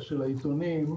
של העיתונים,